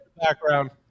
background